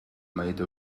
made